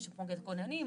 יש מוקד כוננים,